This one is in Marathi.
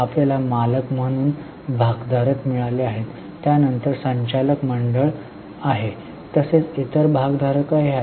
आपल्याला मालक म्हणून भागधारक मिळाले आहेत त्यानंतर संचालक मंडळ आहे तसेच इतर भागधारकही आहेत